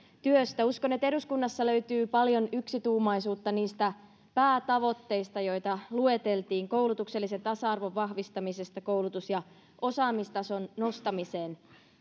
työstä uskon että eduskunnassa löytyy paljon yksituumaisuutta niistä päätavoitteista joita lueteltiin koulutuksellisen tasa arvon vahvistamisesta koulutus ja osaamistason nostamiseen